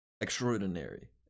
extraordinary